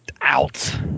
out